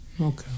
Okay